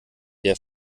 der